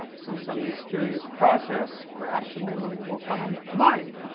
through some mysterious process perhaps a memory will come to mind